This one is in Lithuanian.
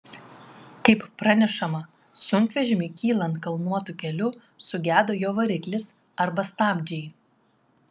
kaip pranešama sunkvežimiui kylant kalnuotu keliu sugedo jo variklis arba stabdžiai